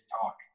talk